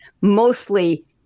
mostly